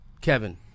Kevin